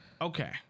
Okay